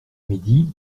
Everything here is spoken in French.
midi